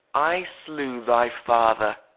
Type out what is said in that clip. i slew thy father,